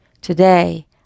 Today